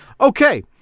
Okay